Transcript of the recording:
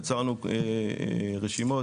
יצרנו רשימות,